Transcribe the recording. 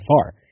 far